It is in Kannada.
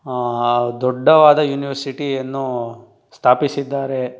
ದೊಡ್ಡವಾದ ಯೂನಿವರ್ಸಿಟಿಯನ್ನು ಸ್ಥಾಪಿಸಿದ್ದಾರೆ